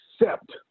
accept